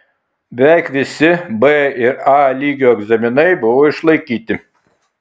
beveik visi b ir a lygio egzaminai buvo išlaikyti